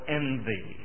envy